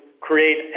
create